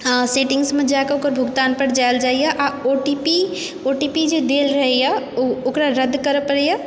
सेटिंग्समे जा कऽ ओकर भुगतानपर जाएल जाइए आ O T P O T P जे देल रहैए ओकरा रद्द करय पड़ैए